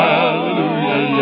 Hallelujah